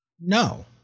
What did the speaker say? No